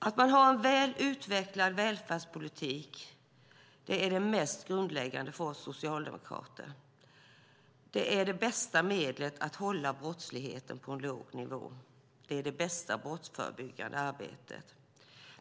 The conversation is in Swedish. Att ha en väl utvecklad välfärdspolitik är det mest grundläggande för oss socialdemokrater. Det är det bästa medlet att hålla brottsligheten på en låg nivå. Det är det bästa brottsförebyggande arbetet.